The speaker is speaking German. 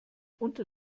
unter